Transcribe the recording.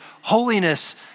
holiness